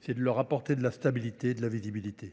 c'est de leur apporter de la stabilité, de la visibilité.